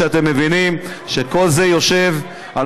אתם מבינים שכל זה יושב על